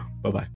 bye-bye